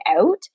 out